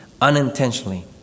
unintentionally